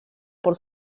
por